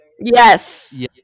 Yes